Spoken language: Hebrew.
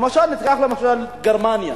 למשל, גרמניה.